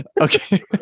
Okay